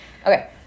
Okay